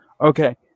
okay